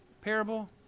parable